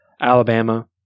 alabama